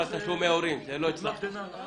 האוצר מסרב לזה.